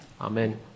Amen